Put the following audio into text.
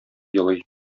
елый